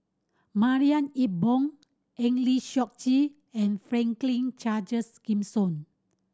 Marie Ethel Bong Eng Lee Seok Chee and Franklin Charles Gimson